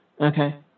Okay